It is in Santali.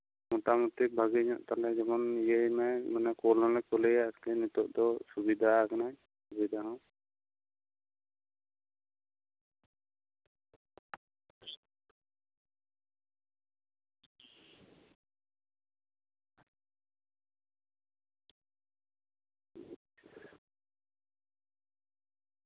ᱢᱚᱪᱟᱢᱩᱪᱤ ᱵᱷᱟᱜᱤ ᱧᱚᱜ ᱛᱟᱞᱚᱦᱮ ᱤᱭᱟᱹᱭ ᱢᱟᱭ ᱢᱟᱱᱮ ᱠᱷᱳᱞ ᱦᱚᱸᱞᱮ ᱠᱳᱞᱮᱭᱟ ᱢᱟᱱᱮ ᱱᱤᱛᱳᱜ ᱫᱚᱭ ᱥᱩᱵᱤᱫᱟᱣᱟᱠᱟᱱᱟᱭ ᱥᱩᱵᱤᱫᱟ ᱦᱚᱸ